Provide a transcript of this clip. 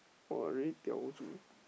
!wah! really diao 住